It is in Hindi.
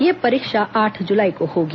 यह परीक्षा आठ जुलाई को होगी